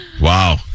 Wow